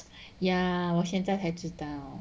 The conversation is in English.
ya 我现在才知道